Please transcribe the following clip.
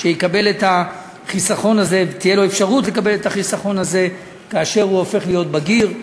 שתהיה לו אפשרות לקבל את החיסכון הזה כאשר הוא הופך להיות בגיר.